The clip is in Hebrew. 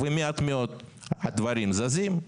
ומעט מאוד הדברים זזים.